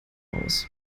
aus